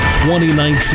2019